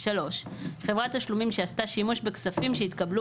חברת תשלומים שעשתה שימוש בכספים שהתקבלו